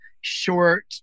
short